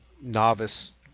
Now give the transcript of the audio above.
novice